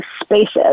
spaces